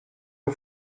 aux